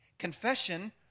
Confession